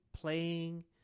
playing